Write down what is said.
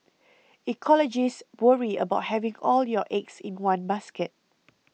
ecologists worry about having all your eggs in one basket